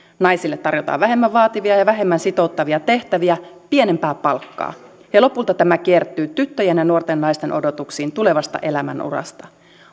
naisille tarjotaan vähemmän vaativia ja vähemmän sitouttavia tehtäviä pienempää palkkaa ja lopulta tämä kiertyy tyttöjen ja nuorten naisten odotuksiin tulevasta elämän urasta